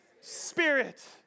Spirit